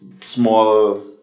small